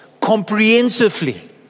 comprehensively